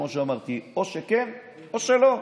כמו שאמרתי: או שכן או שלא.